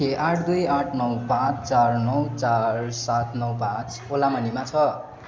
के आठ दुई आठ नौ पाँच चार नौ चार सात नौ पाँच ओला मनीमा छ